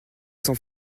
sans